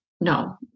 no